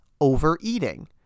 overeating